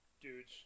dudes